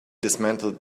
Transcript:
dismantled